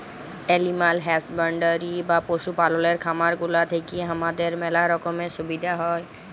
animal husbandry বা পশু পাললের খামার গুলা থেক্যে হামাদের ম্যালা রকমের সুবিধা হ্যয়